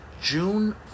June